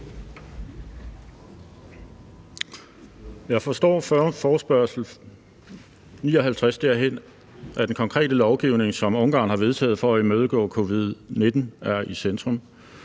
Jeg forstår forespørgsel nr. 59 derhen, at den konkrete lovgivning, som Ungarn har vedtaget for at imødegå covid-19, er i centrum.